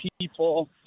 people